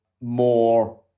more